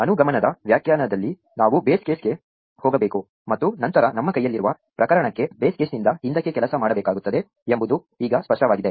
ಅನುಗಮನದ ವ್ಯಾಖ್ಯಾನದಲ್ಲಿ ನಾವು ಬೇಸ್ ಕೇಸ್ಗೆ ಹೋಗಬೇಕು ಮತ್ತು ನಂತರ ನಮ್ಮ ಕೈಯಲ್ಲಿರುವ ಪ್ರಕರಣಕ್ಕೆ ಬೇಸ್ ಕೇಸ್ನಿಂದ ಹಿಂದಕ್ಕೆ ಕೆಲಸ ಮಾಡಬೇಕಾಗುತ್ತದೆ ಎಂಬುದು ಈಗ ಸ್ಪಷ್ಟವಾಗಿದೆ